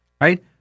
right